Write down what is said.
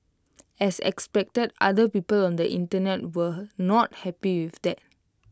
as expected other people on the Internet were not happy with that